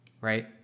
right